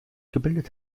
gebildet